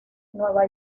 nueva